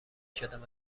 شدم